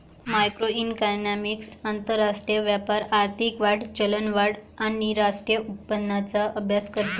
macroeconomics आंतरराष्ट्रीय व्यापार, आर्थिक वाढ, चलनवाढ आणि राष्ट्रीय उत्पन्नाचा अभ्यास करते